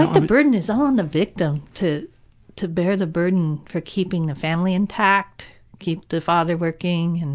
the burden is on the victim to to bear the burden for keeping the family intact, keep the father working.